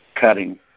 cutting